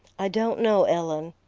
i don't know, ellen.